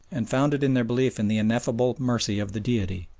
and found it in their belief in the ineffable mercy of the deity,